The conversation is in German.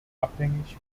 abhängig